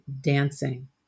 dancing